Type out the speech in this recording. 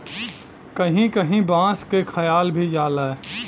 कहीं कहीं बांस क खायल भी जाला